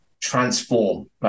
transform